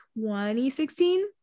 2016